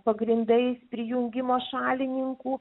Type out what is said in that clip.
pagrindais prijungimo šalininkų